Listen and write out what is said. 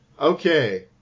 Okay